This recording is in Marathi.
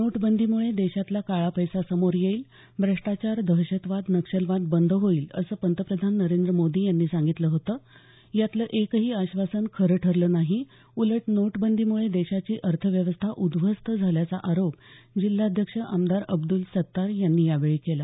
नोटबंदीमुळे देशातला काळा पैसा समोर येईल भ्रष्टाचार दहशतवाद नक्षलवाद बंद होईल असं पंतप्रधान नरेंद्र मोदीं यांनी सांगितलं होतं यातलं एकही आश्वासन खरं ठरलं नाही उलट नोटबंदीमुळे देशाची अर्थव्यवस्था उद्धवस्त झाल्याचा आरोप जिल्हाध्यक्ष आमदार अब्दुल सतार यांनी यावेळी केला